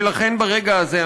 ולכן ברגע הזה,